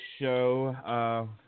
show